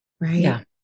right